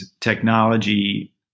technology